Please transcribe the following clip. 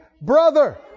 brother